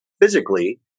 physically